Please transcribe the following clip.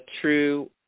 true